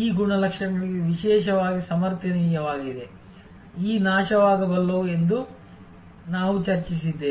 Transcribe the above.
ಈ ಗುಣಲಕ್ಷಣಗಳಿಗೆ ವಿಶೇಷವಾಗಿ ಸಮರ್ಥನೀಯವಾಗಿವೆ ಈ ನಾಶವಾಗಬಲ್ಲವು ಎಂದು ನಾವು ಚರ್ಚಿಸಿದ್ದೇವೆ